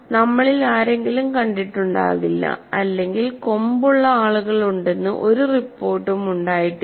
നമ്മളിൽ ആരെങ്കിലും കണ്ടിട്ടുണ്ടാകില്ല അല്ലെങ്കിൽ കൊമ്പുള്ള ആളുകളുണ്ടെന്ന് ഒരു റിപ്പോർട്ടും ഉണ്ടായിട്ടില്ല